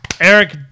Eric